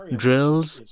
drills,